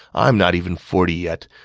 i'm not even forty yet,